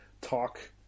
talk